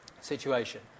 situation